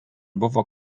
buvo